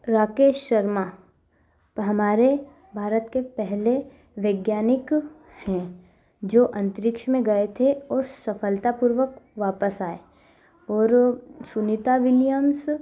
राकेश शर्मा हमारे भारत के पहले वैज्ञानिक हैं जो अंतरिक्ष में गए थे और सफलतापूर्वक वापस आए और सुनीता विलियम्स